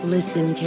Listen